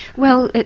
well